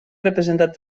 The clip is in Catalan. representat